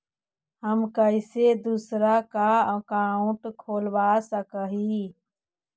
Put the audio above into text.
हम कैसे दूसरा का अकाउंट खोलबा सकी ही?